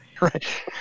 right